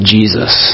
Jesus